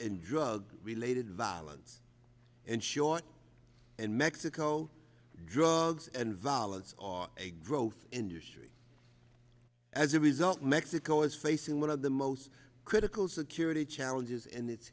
in drug related violence and sean and mexico drugs and violence are a growth industry as a result mexico is facing one of the most critical security challenges in its